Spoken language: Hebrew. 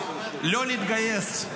לא להתגייס,